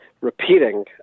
repeating